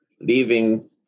leaving